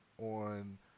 on